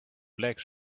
black